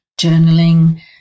journaling